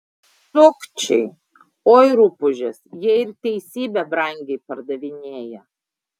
sukčiai oi rupūžės jie ir teisybę brangiai pardavinėja